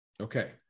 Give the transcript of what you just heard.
Okay